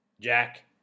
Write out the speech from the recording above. jack